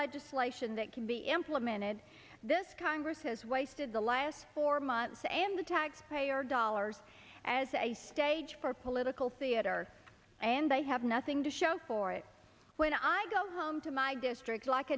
legislation that can be implemented this congress has wasted the last four months and the taxpayer dollars as a stage for political theater and they have nothing to show for it when i go home to my district like